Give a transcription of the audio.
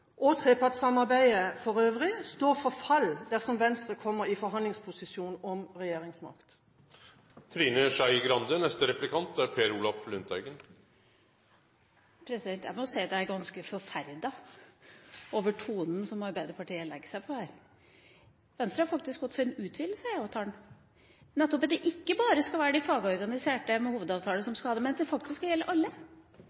og trepartssamarbeidet for øvrig, står for fall dersom Venstre kommer i forhandlingsposisjon om regjeringsmakt? Jeg må si at jeg er ganske forferdet over tonen som Arbeiderpartiet legger seg på her. Venstre har faktisk gått for en utvidelse av IA-avtalen, nettopp for at det ikke bare skal være de fagorganiserte med hovedavtale som